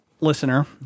listener